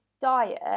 diet